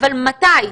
אבל מתי?